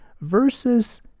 Versus